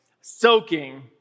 soaking